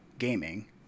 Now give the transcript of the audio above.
gaming